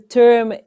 term